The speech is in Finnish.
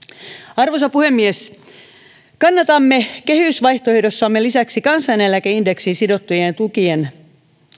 arvoisa puhemies kannatamme kehysvaihtoehdossamme lisäksi kansaneläkeindeksiin sidottujen tukien